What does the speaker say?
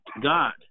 God